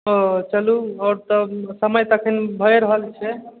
ओ चलू आओर सभ समय तऽ एखन भए रहल छै